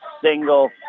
single